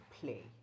play